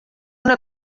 una